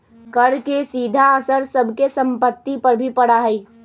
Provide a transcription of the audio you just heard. कर के सीधा असर सब के सम्पत्ति पर भी पड़ा हई